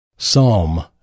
Psalm